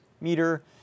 meter